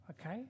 okay